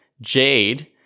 Jade